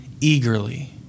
eagerly